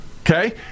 Okay